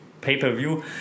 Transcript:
pay-per-view